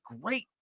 great